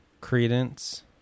Credence